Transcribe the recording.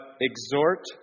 exhort